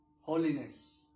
holiness